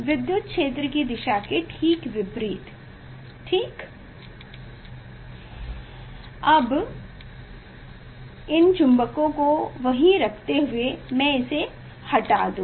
विद्युत क्षेत्र की दिशा के ठीक विपरीत है अब इन चुंबको को वहीं रखते हुए मैं इसे हटा दूंगा